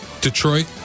Detroit